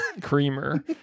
Creamer